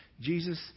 Jesus